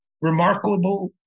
remarkable